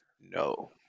No